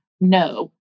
No